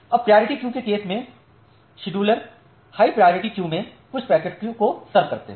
अब priority queue के case में शीडुलर उच्च प्रायोरिटी क्यू में कुछ पैकेट्स की सर्व करते हैं